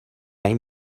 این